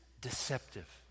deceptive